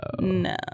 No